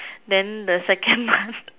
then the second one